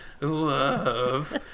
love